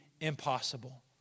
impossible